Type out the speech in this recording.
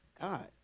God